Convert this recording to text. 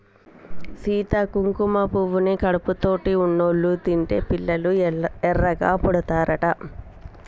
సీత కుంకుమ పువ్వుని కడుపుతోటి ఉన్నోళ్ళు తింటే పిల్లలు ఎర్రగా పుడతారట